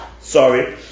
Sorry